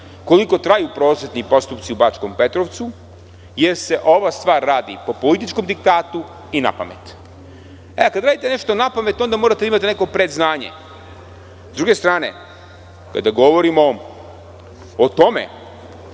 koliko traju prosečni postupci u Bačkom Petrovcu, jer se ova stvar radi po političkom diktatu i napamet. Kada radite nešto napamet, onda morate da imate neko predznanje.S druge strane, kada govorimo o tome